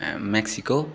Mexico